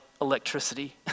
electricity